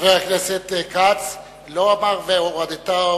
חבר הכנסת כץ, הוא לא אמר: "והורדתו